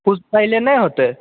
किछु पहिले नहि होतै